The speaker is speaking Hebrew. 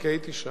באירוע קודם.